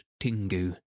Tingu